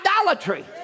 idolatry